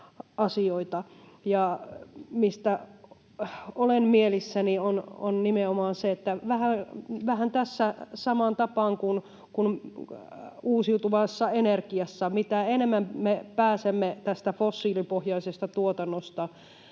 Mistä olen mielissäni, on nimenomaan se, että tässä vähän samaan tapaan kuin uusiutuvassa energiassa, mitä enemmän me pääsemme tästä fossiilipohjaisesta tuotannosta